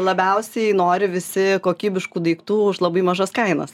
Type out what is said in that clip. labiausiai nori visi kokybiškų daiktų už labai mažas kainas